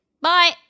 Bye